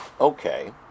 okay